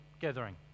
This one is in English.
gathering